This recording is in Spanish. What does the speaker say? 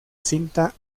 cinta